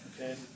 okay